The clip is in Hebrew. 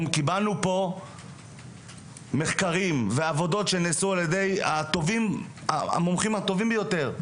קיבלנו פה מחקרים ועבודות שנעשו על ידי המומחים הטובים ביותר,